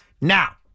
Now